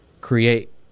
create